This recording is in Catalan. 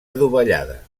adovellada